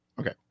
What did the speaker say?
Okay